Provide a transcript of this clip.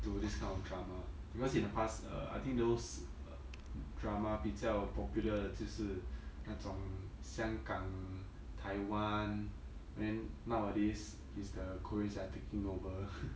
to this kind of drama because in the past err I think those uh drama 比较 popular 就是那种香港台湾 then nowadays is the koreans are taking over